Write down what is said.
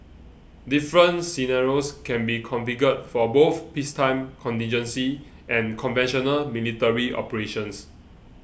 different scenarios can be configured for both peacetime contingency and conventional military operations